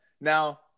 now